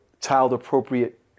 child-appropriate